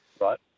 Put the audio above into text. right